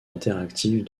interactive